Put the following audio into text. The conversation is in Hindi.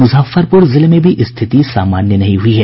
मुजफ्फरपुर जिले में भी स्थिति सामान्य नहीं हुई है